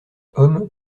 hommes